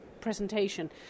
presentation